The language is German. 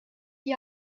die